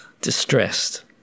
distressed